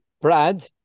Brad